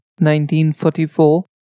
1944